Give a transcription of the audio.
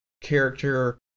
character